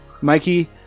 Mikey